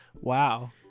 wow